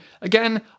again